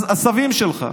אז הסבים שלך.